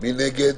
מי נגד?